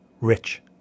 Rich